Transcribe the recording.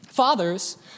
Fathers